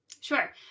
Sure